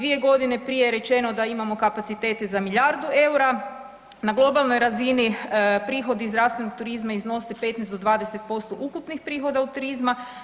2 godine prije je rečeno da imamo kapacitete za milijardu eura, na globalnoj razini prihodi od zdravstvenog turizma iznose 15 do 20% ukupnih prihoda od turizma.